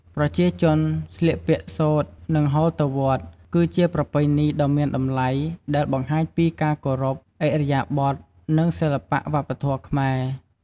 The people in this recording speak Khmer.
ប្រជាជនស្លៀកពាក់សូត្រ និងហូលទៅវត្ត គឺជាប្រពៃណីដ៏មានតម្លៃដែលបង្ហាញពីការគោរព ឥរិយាបថ និងសិល្បៈវប្បធម៌ខ្មែរ។